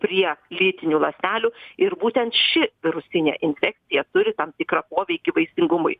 prie lytinių ląstelių ir būtent ši virusinė infekcija turi tam tikrą poveikį vaisingumui